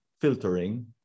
filtering